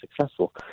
successful